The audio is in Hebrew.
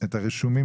את מה שעשינו.